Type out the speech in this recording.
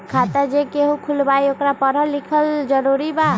खाता जे केहु खुलवाई ओकरा परल लिखल जरूरी वा?